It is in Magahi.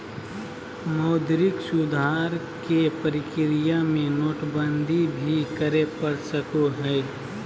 मौद्रिक सुधार के प्रक्रिया में नोटबंदी भी करे पड़ सको हय